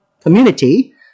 community